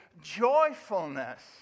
joyfulness